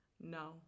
No